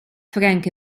frank